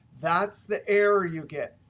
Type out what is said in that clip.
that's the error you get.